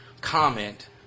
comment